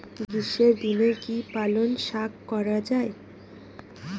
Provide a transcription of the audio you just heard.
গ্রীষ্মের দিনে কি পালন শাখ করা য়ায়?